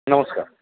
नमस्कार